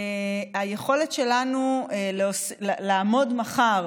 היכולת שלנו לעמוד מחר